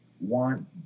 want